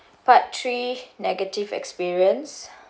part three negative experience